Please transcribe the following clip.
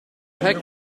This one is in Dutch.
hek